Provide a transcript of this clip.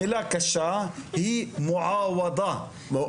המילה קשה: מועוואדה.